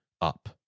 up